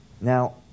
Now